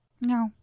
No